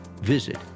visit